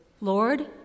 Lord